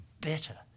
better